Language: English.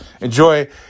Enjoy